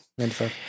95